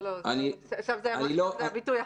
לא, שם זה היה ביטוי אחר.